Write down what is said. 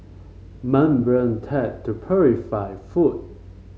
membrane tech to purify food